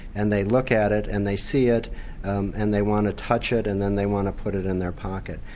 and they look at it and they see it and they want to touch it, and then they want to put it in their pocket.